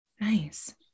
Nice